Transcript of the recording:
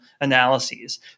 analyses